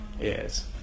Yes